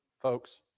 Folks